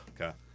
Okay